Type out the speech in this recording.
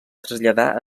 traslladar